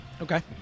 okay